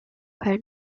keine